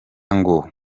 ngo